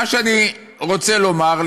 מה שאני רוצה לומר,